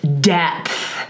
depth